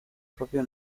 proprio